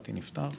הבירוקרטי נפתר.